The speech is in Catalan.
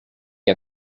que